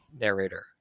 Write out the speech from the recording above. Narrator